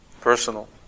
Personal